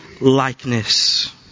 likeness